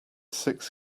six